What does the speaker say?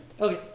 Okay